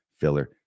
filler